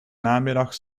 namiddag